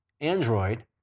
Android